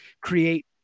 create